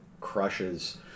crushes